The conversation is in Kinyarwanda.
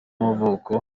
y’amavuko